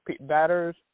batters